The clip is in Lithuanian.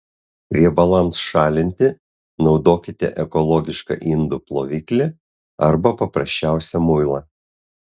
riebalams šalinti naudokite ekologišką indų ploviklį arba paprasčiausią muilą